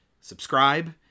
subscribe